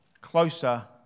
closer